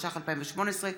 התשע"ח 2018,